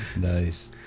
Nice